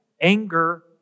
anger